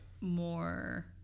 more